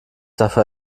dafür